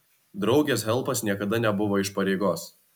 draugės helpas niekada nebuvo iš pareigos